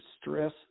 stress